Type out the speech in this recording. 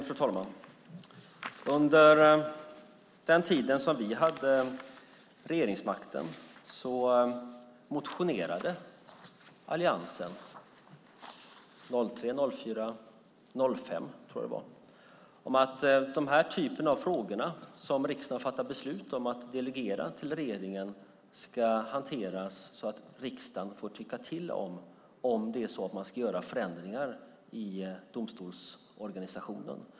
Fru talman! Under den tid som vi hade regeringsmakten motionerade Alliansen - 2003, 2004 och 2005 tror jag att det var - om att den här typen av frågor som riksdagen har fattat beslut om att delegera till regeringen ska hanteras så att riksdagen får tycka till om det är så att man ska göra förändringar i domstolsorganisationen.